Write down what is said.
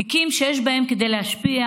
תיקים שיש בהם כדי להשפיע